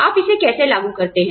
आप इसे कैसे लागू करते हैं